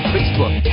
Facebook